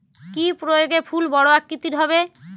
কি প্রয়োগে ফুল বড় আকৃতি হবে?